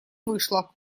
вышла